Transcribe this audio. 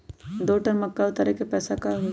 दो टन मक्का उतारे के पैसा का होई?